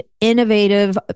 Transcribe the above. innovative